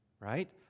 right